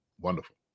Wonderful